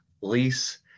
lease